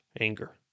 anger